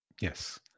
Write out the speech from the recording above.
Yes